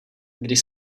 když